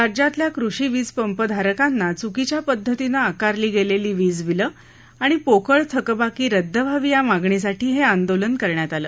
राज्यातल्या कृषी वीज पंप धारकांना चुकीच्या पद्धतीनं आकारली गेलेली वीज बिलं आणि पोकळ थकबाकी रद्द व्हावी या मागणीसाठी हे आंदोलन करण्यात आलं